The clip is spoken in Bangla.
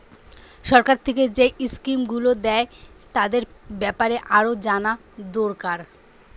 সরকার থিকে যেই স্কিম গুলো দ্যায় তাদের বেপারে আরো জানা দোরকার